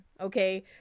Okay